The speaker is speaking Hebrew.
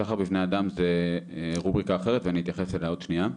סחר בבני אדם זו רובריקה אחרת ואני אתייחס אליה עוד שנייה.